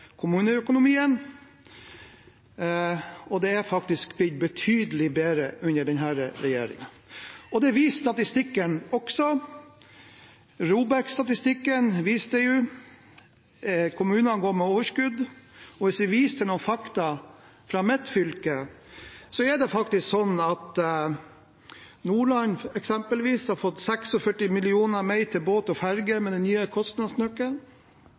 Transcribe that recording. kommuneøkonomien. Den er faktisk blitt betydelig bedre under denne regjeringen. Det viser også statistikken. ROBEK-statistikken viser at kommunene går med overskudd. Hvis jeg viser til noen fakta fra mitt fylke, er det faktisk slik at Nordland har fått 46 mill. kr mer til båt og ferje med den nye kostnadsnøkkelen.